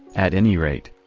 at any rate.